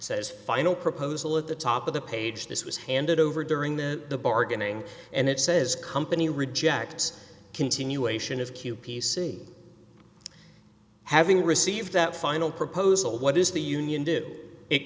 says final proposal at the top of the page this was handed over during the bargaining and it says company rejects continuation of q p c having received that final proposal what does the union do it